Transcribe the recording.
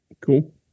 cool